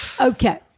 okay